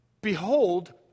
behold